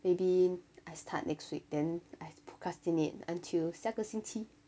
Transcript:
maybe I start next week then I procrastinate until 下个星期